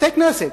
בתי-כנסת,